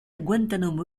guantanamo